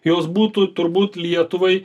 jos būtų turbūt lietuvai